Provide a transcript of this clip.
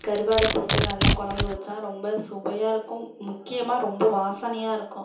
நம்ம கருவாடை போட்டு நல்லா கொழம்பு வைச்சா ரொம்ப சுவையாக இருக்கும் முக்கியமாக ரொம்ப வாசனையாக இருக்கும்